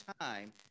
time